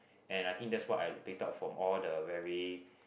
and I think that's what I out from all the very